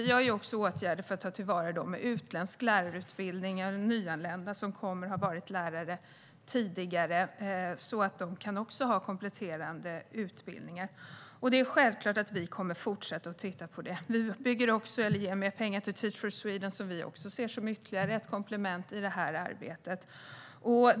Vi vidtar även åtgärder för att ta till vara dem med utländska lärarutbildningar, det vill säga nyanlända som har varit lärare tidigare, så att de också kan gå kompletterande utbildningar. Det är självklart att vi kommer att fortsätta titta på detta. Vi ger också mer pengar till Teach for Sweden, som vi ser som ytterligare ett komplement i detta arbete.